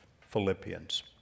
Philippians